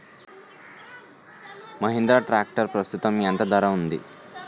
Mahindra tractor ప్రస్తుతం ఎంత ధర ఉంది?